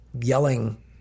yelling